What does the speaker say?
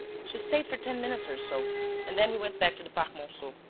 she stayed for ten minutes or so and then we went back to the parc monceau.